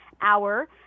hour